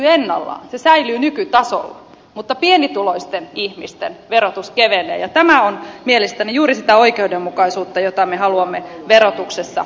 se säilyy nykytasolla mutta pienituloisten ihmisten verotus kevenee ja tämä on mielestäni juuri sitä oikeudenmukaisuutta jota me haluamme verotuksessa lisätä